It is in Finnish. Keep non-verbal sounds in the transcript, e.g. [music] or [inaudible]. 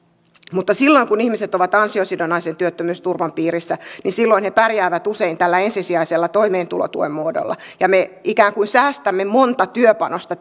mutta silloin kun ihmiset ovat ansiosidonnaisen työttömyysturvan piirissä he pärjäävät usein tällä ensisijaisella toimeentulotuen muodolla ja me ikään kuin säästämme monta työpanosta [unintelligible]